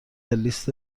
لیست